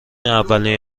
اولین